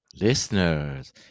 listeners